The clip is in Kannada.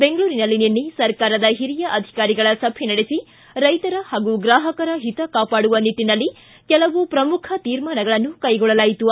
ಬೆಂಗಳೂರಿನಲ್ಲಿ ನಿನ್ನೆ ಸರ್ಕಾರದ ಹಿರಿಯ ಅಧಿಕಾರಿಗಳ ಸಭೆ ನಡೆಸಿ ರೈತರ ಹಾಗೂ ಗ್ರಾಹಕರ ಹಿತ ಕಾಪಾಡುವ ನಿಟ್ಟನಲ್ಲಿ ಕೆಲವು ಪ್ರಮುಖ ತೀರ್ಮಾನಗಳನ್ನು ಕೈಗೊಳ್ಳಲಾಯಿತು